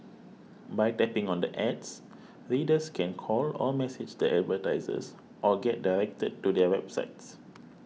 by tapping on the ads readers can call or message the advertisers or get directed to their websites